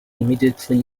immediately